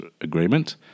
Agreement